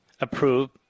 approved